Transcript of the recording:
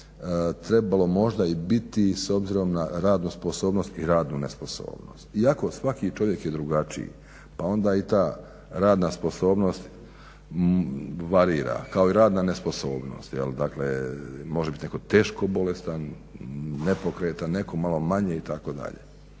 trebalo možda i biti s obzirom na radnu sposobnost i radnu nesposobnost, iako svaki čovjek je drugačiji pa onda i ta radna sposobnost varira kao i radna nesposobnost. Dakle može bit netko teško bolestan, nepokretan, netko malo manje itd.,